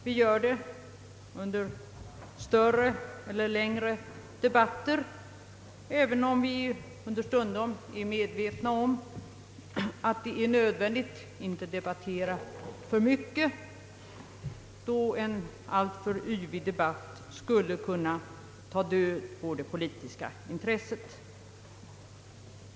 Vi gör det efter större eller längre debatter även om vi understundom är medvetna om att det är nödvändigt att inte debattera för mycket. En alltför yvig debatt skulle i stället för att stimulera kunna ta död på det politiska intresset.